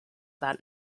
that